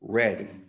ready